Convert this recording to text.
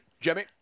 Jimmy